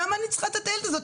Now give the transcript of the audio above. למה אני צריכה את הטיילת הזאת?